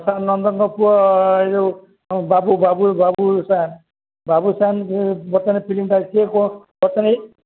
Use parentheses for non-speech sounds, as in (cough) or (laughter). ପ୍ରଶାନ୍ତ ନନ୍ଦଙ୍କ ପୁଅ ଏ ଯୋଉ ବାବୁ ବାବୁ ବାବୁସାନ୍ ବାବୁସାନ୍ (unintelligible) ଫିଲ୍ମଟା ସିଏ କଣ (unintelligible)